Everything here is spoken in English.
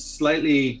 slightly